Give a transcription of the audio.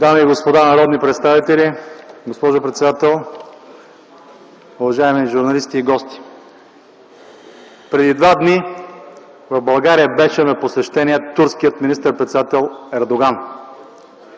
Дами и господа народни представители, госпожо председател, уважаеми журналисти и гости! Преди два дни в България на посещение беше турският министър-председател Ердоган.